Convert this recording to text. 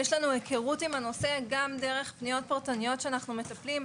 יש לנו היכרות עם הנושא גם דרך פניות פרטניות שאנחנו מטפלים,